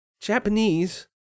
Japanese